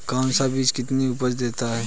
कौन सा बीज कितनी उपज देता है?